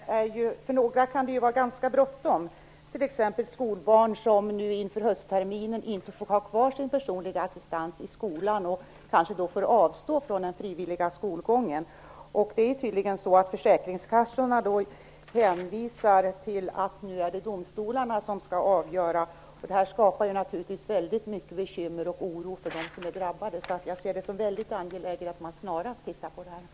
Fru talman! Jag tackar för det. För några kan det ju vara ganska bråttom, t.ex. för skolbarn som nu inför höstterminen inte får ha kvar sin personliga assistent i skolan och kanske får avstå från den frivilliga skolgången. Det är tydligen så att försäkringskassorna hänvisar till att det nu är domstolarna som skall avgöra. Det här skapar naturligtvis mycket bekymmer och oro för dem som är drabbade. Jag ser det som mycket angeläget att man snarast tittar på detta.